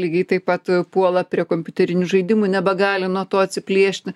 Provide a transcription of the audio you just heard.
lygiai taip pat puola prie kompiuterinių žaidimų nebegali nuo to atsiplėšti